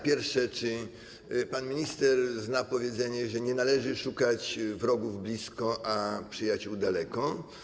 Pierwsze: Czy pan minister zna powiedzenie, że nie należy szukać wrogów blisko, a przyjaciół daleko?